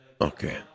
Okay